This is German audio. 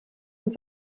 und